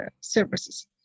services